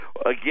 again